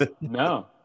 No